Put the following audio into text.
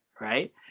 Right